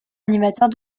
animateur